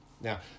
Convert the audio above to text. Now